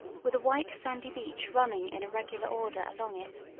with a white sandy beach running in a regular order along it.